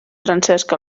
francesc